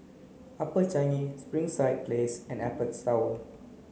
Upper Changi Springside Place and Apex Tower